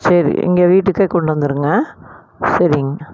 சரி இங்கே வீட்டுக்கே கொண்டு வந்துடுங்க சரிங்க